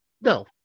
No